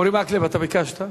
אורי מקלב, אתה ביקשת?